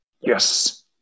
yes